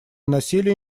насилие